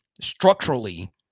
structurally